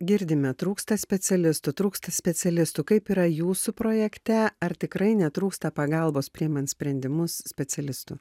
girdime trūksta specialistų trūksta specialistų kaip yra jūsų projekte ar tikrai netrūksta pagalbos priimant sprendimus specialistų